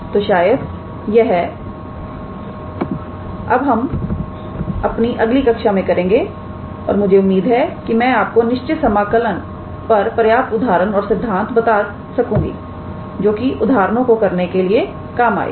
तो शायद यह अब हम अपनी अगली कक्षा में करेंगे और मुझे उम्मीद है कि मैं आपको अनिश्चित समाकलन पर पर्याप्त उदाहरण और सिद्धांत बता सकूंगी जोकि उदाहरणों को करने के लिए काम आएगी